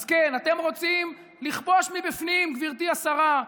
כן, אתם רוצים לכבוש מבפנים, גברתי השרה,